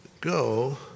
go